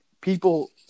people